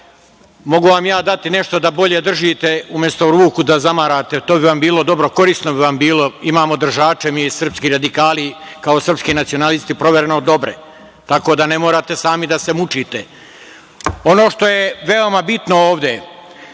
što…Mogu vam ja dati nešto da bolje držite umesto ruku da zamarate, to bi vam bilo dobro. Korisno bi vam bilo. Imamo držače mi srpski radikali, kao srpski nacionalisti provereno dobre, tako da ne morate sami da se mučite. Ono što je veoma bitno ovde,